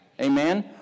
Amen